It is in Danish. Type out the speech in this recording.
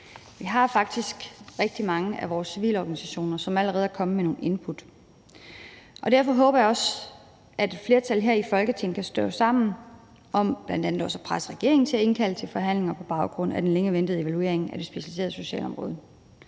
Vi har faktisk rigtig mange af vores civilorganisationer, som allerede er kommet med nogle input, og derfor håber jeg også, at et flertal her i Folketinget kan stå sammen om bl.a. også at presse regeringen til at indkalde til forhandlinger på baggrund af den længe ventede evaluering af det specialiserede socialområde.